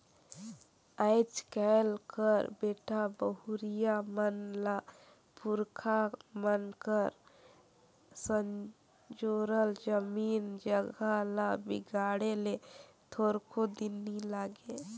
आएज काएल कर बेटा बहुरिया मन ल पुरखा मन कर संजोरल जमीन जगहा ल बिगाड़े ले थोरको दिन नी लागे